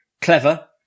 clever